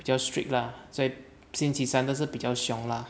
比较 strict lah 所以星期三的是比较凶的 lah